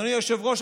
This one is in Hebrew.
אדוני היושב-ראש,